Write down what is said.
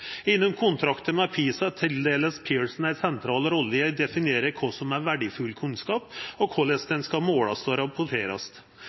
med PISA er Pearson tildelt ei sentral rolle i å definera kva som er verdifull kunnskap, og korleis